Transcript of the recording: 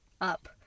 up